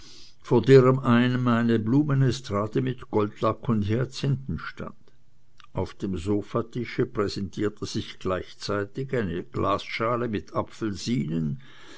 vor deren einem eine blumenestrade mit goldlack und hyazinthen stand auf dem sofatische präsentierte sich gleichzeitig eine glasschale mit